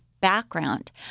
background